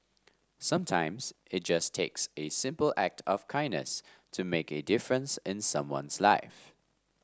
sometimes it just takes a simple act of kindness to make a difference in someone's life